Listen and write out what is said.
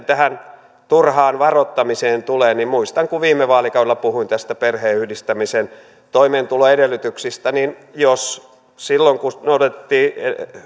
tähän turhaan varoittamiseen tulee niin muistan kun viime vaalikaudella puhuin näistä perheenyhdistämisen toimeentulon edellytyksistä jos silloin kun noudatettiin